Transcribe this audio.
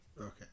Okay